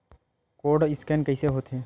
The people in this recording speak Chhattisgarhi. कोर्ड स्कैन कइसे होथे?